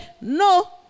No